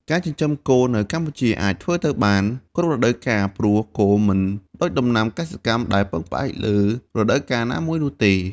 ការចិញ្ចឹមគោនៅកម្ពុជាអាចធ្វើទៅបាន គ្រប់រដូវកាល ព្រោះគោមិនដូចដំណាំកសិកម្មដែលពឹងផ្អែកលើរដូវកាលណាមួយនោះទេ។